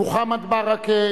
מוחמד ברכה,